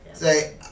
Say